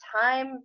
time